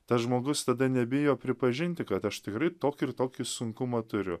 tas žmogus tada nebijo pripažinti kad aš tikrai tokį ir tokį sunkumą turiu